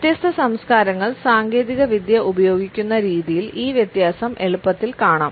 വ്യത്യസ്ത സംസ്കാരങ്ങൾ സാങ്കേതികവിദ്യ ഉപയോഗിക്കുന്ന രീതിയിൽ ഈ വ്യത്യാസം എളുപ്പത്തിൽ കാണാം